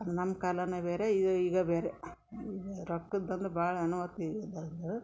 ಅದು ನಮ್ಮ ಕಾಲನೆ ಬೇರೆ ಈದ ಈಗ ಬೇರೆ ಈಗ ರೊಕ್ಕದ ಒಂದುಭಾಳ ಅನುವಾತ್ ಈಗ ಅದೊಂದು